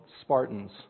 Spartans